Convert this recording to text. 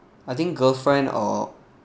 I think girlfriend or